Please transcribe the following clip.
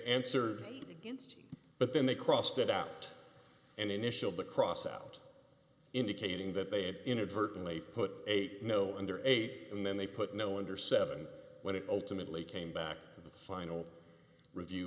answered against but then they crossed it out and initial the cross out indicating that they had inadvertently put eight no under eight and then they put no under seven when it ultimately came back to the final review